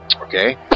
okay